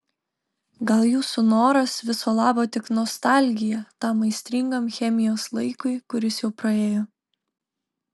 gal jūsų noras viso labo tik nostalgija tam aistringam chemijos laikui kuris jau praėjo